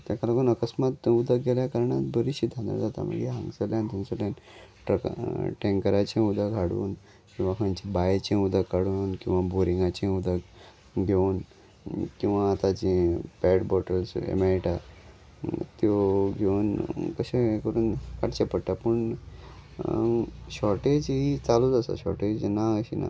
तेका लागून अकस्मात उदक गेल्या कारणान बरीशी धानर जाता मागीर हांगासल्यान थंयसल्यान ट टँकराचें उदक हाडून किंवा खंचे बांयचें उदक काडून किंवा बोरींगाचें उदक घेवन किंवा आतां जे पॅट बॉटल्स हे मेळटा त्यो घेवन कशें हे करून काडचें पडटा पूण शॉर्टेज ही चालूच आसा शॉर्टेज ना अशें ना